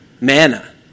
manna